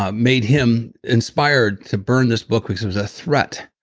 ah made him inspired to burn this book because it was a threat.